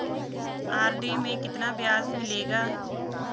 RD में कितना ब्याज मिलेगा?